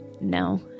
No